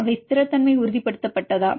அவை ஸ்திரமின்மை உறுதிப்படுத்தப்பட்டதா